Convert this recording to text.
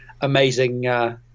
amazing